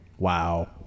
Wow